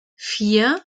vier